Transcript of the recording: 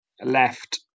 left